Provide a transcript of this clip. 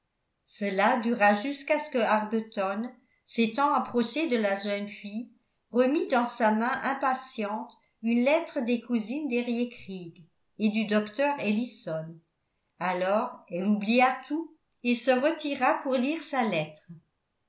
cela dura jusqu'à ce qu'arbuton s'étant approché de la jeune fille remît dans sa main impatiente une lettre des cousines d'eriécreek et du docteur ellison alors elle oublia tout et se retira pour lire sa lettre